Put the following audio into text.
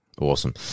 Awesome